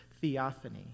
theophany